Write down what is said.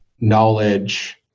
knowledge